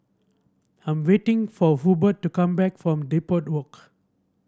I'm waiting for Hubbard to come back from Depot Walk